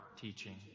teaching